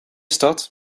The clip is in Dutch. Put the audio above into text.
stad